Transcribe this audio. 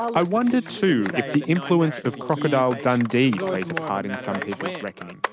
i wonder, too, if the influence of crocodile dundee plays a part in some people's reckoning.